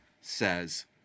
says